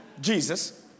Jesus